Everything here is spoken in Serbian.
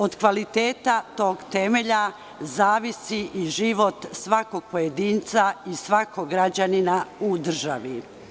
Od kvaliteta tog temelja zavisi i život svakog pojedinca i svakog građanina u državi.